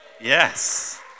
Yes